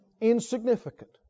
insignificant